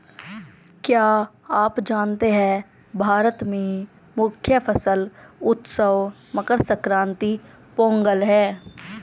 क्या आप जानते है भारत में मुख्य फसल उत्सव मकर संक्रांति, पोंगल है?